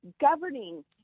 governing